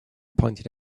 pointed